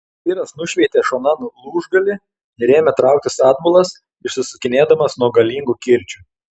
vyras nušveitė šonan lūžgalį ir ėmė trauktis atbulas išsisukinėdamas nuo galingų kirčių